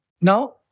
Now